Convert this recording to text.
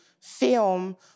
film